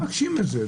אבל הם מבקשים את זה.